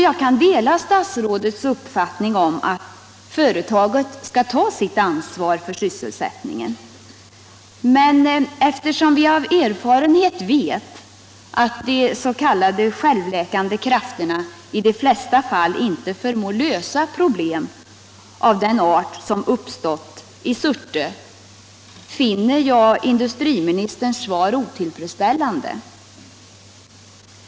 Jag kan dela statsrådets uppfattning att företaget skall ta sitt ansvar för sysselsättningen. Men eftersom vi av erfarenhet vet att de s.k. självläkande krafterna i de flesta fall inte förmår lösa problem av den art som uppstått i Surte finner jag industriministerns svar otillfredsställande.